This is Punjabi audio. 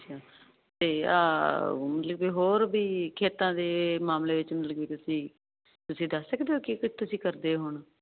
ਤੇ ਹੋਰ ਵੀ ਖੇਤਾਂ ਦੇ ਮਾਮਲੇ ਵਿੱਚ ਮਲਕੀਤ ਸੀ ਤੁਸੀਂ ਦੱਸ ਸਕਦੇ ਹੋ ਕਿ ਤੁਸੀਂ ਕਰਦੇ ਹੋ ਹੁਣ